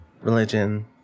religion